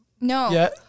No